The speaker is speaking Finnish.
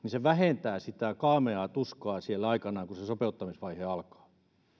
vähentää sitä kaameaa tuskaa aikanaan kun se sopeuttamisvaihe alkaa